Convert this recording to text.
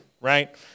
right